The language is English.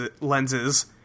lenses